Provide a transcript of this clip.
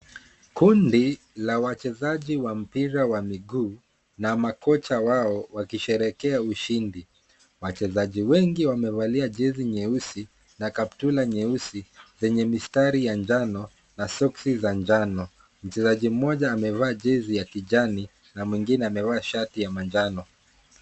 Kundi la wachezaji wa mpira wa miguu na makocha wao wakisherekea ushindi wachezaji wengi wamevalia jezi nyeusi na kaptura nyeusi yenye mistari ya njanobna soksi za njano. Mchezaji mmoja amevaa jezi ya kijani na mwengine amevaa shati ya manjano.